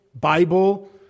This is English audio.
Bible